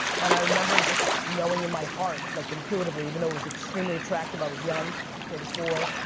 and i remember just knowing in my heart, like intuitively, even though it was extremely attractive, i was young, i was thirty four,